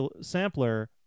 sampler